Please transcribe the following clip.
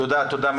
תודה.